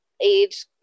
age